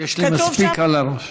יש לי מספיק על הראש.